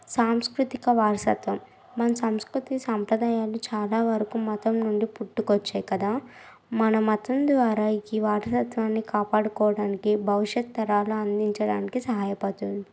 సాంస్కృతిక వారసత్వం మన సంస్కృతి సంప్రదాయాలు చాలా వరకు మతం నుండి పుట్టుకొచ్చే కద మన మతం ద్వారా ఈ వారసత్వాన్ని కాపాడుకోవడానికి భవిష్యత్తు తరాలు అందించడానికి సహాయపడుతుంది